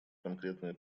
конкретное